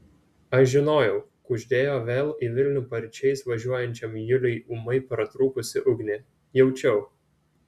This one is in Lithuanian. aš žinojau kuždėjo vėl į vilnių paryčiais važiuojančiam juliui ūmai pratrūkusi ugnė jaučiau